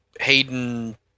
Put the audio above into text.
Hayden